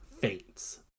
faints